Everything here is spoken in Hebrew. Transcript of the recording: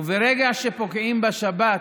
וברגע שפוגעים בשבת,